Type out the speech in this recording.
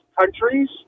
countries